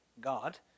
God